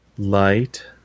light